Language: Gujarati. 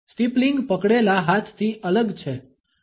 સ્ટીપલિંગ પકડેલા હાથથી અલગ છે